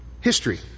history